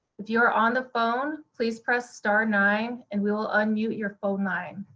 if you are on the phone, please press star nine, and we will unmute your phone line.